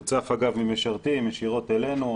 ואגב, הוא צף ממשרתים ישירות אלינו.